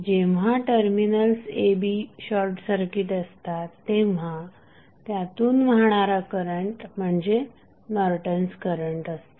जेव्हा terminals a b short circuit असतात तेव्हा त्यातून वाहणारा करंट म्हणजे नॉर्टन्स करंट असतो